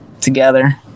together